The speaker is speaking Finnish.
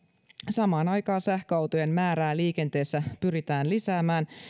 samaan aikaan sähköautojen määrää liikenteessä pyritään lisäämään